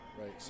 right